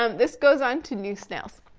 um this goes on to new snails.